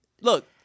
Look